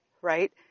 right